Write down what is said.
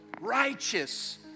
righteous